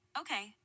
Okay